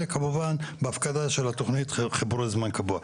כמובן בהפקדה של התכנית חיבור חשמל קבוע.